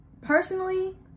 Personally